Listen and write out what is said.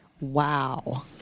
Wow